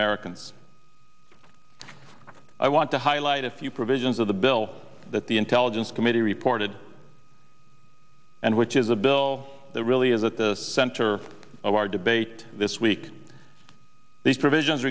americans i want to highlight a few provisions of the bill that the intelligence committee reported and which is a bill that really is at the center of our debate this week these provisions